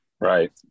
Right